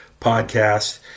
podcast